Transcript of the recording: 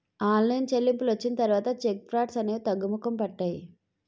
online చెల్లింపులు వచ్చిన తర్వాత చెక్ ఫ్రాడ్స్ అనేవి తగ్గుముఖం పట్టాయి